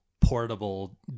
portable